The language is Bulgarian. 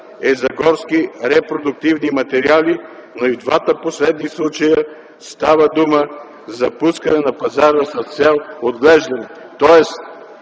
е за горски репродуктивни материали, но и в двата последни случая става дума за пускане на пазара с цел отглеждане. Тоест